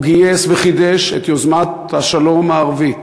והוא גייס וחידש את יוזמת השלום הערבית.